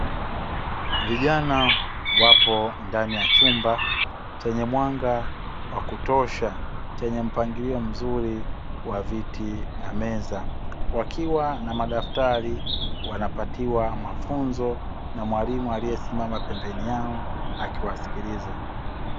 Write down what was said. Vijana wapo ndani ya chumba chenye mwanga wa kutosha, chenye mpangilio mzuri wa viti na meza wakiwa na madaftari wanapatiwa mafunzo na mwalimu aliyesimama pembeni yao akiwasikiliza.